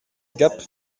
gap